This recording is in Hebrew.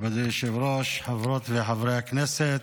מכובדי היושב-ראש, חברות וחברי הכנסת.